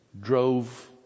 drove